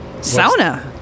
sauna